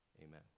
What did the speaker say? Amen